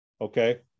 okay